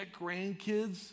grandkids